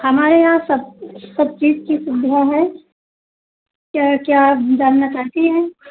हमारे यहाँ सब सब चीज की सुविधा है क्या क्या डालना चाहती हैं